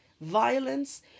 violence